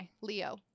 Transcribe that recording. leo